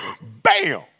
Bam